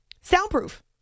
soundproof